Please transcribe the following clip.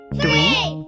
Three